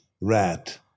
rat